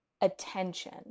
attention